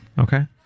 okay